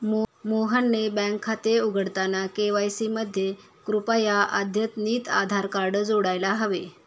मोहनचे बँक खाते उघडताना के.वाय.सी मध्ये कृपया अद्यतनितआधार कार्ड जोडायला हवे